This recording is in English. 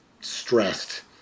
stressed